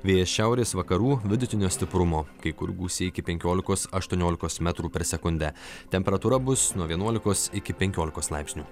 vėjas šiaurės vakarų vidutinio stiprumo kai kur gūsiai iki penkiolikos aštuoniolikos metrų per sekundę temperatūra bus nuo vienuolikos iki penkiolikos laipsnių